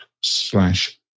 slash